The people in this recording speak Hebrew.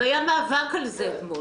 היה מאבק על זה אתמול.